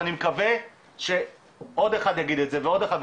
ואני מקווה שעוד אחד יגיד את זה ועוד אחד,